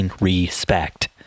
respect